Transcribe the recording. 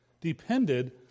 depended